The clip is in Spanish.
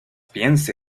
piense